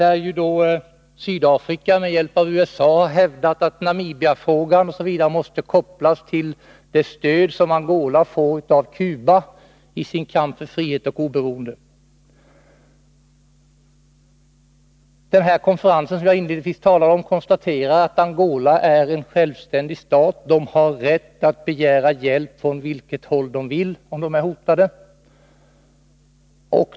Sydafrika har ju med hjälp av USA hävdat att Namibiafrågan måste kopplas till det stöd som Angola får av Cuba i sin kamp för frihet och oberoende. Den konferens som jag inledningsvis talade om konstaterar att Angola är en självständig stat som har rätt att begära hjälp från vilket håll man vill, om man är hotad.